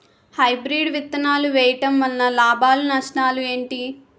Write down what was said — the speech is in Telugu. హైబ్రిడ్ విత్తనాలు వేయటం వలన లాభాలు నష్టాలు ఏంటి?